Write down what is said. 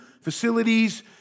facilities